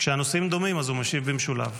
כשנושאים דומים אז הוא משיב במשולב.